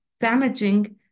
damaging